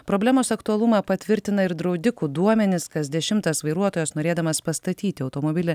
problemos aktualumą patvirtina ir draudikų duomenys kas dešimtas vairuotojas norėdamas pastatyti automobilį